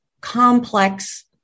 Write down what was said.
complex